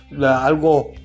Algo